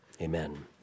Amen